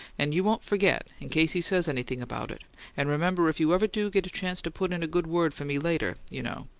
and you won't forget, in case he says anything about it and remember if you ever do get a chance to put in a good word for me later, you know